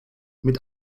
mit